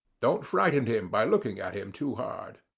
don't frighten him by looking at him too hard.